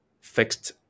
fixed